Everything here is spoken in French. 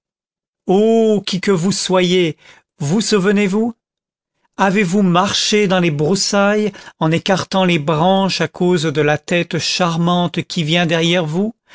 qui que vous soyez vous souvenez-vous avez-vous marché dans les broussailles en écartant les branches à cause de la tête charmante qui vient derrière vous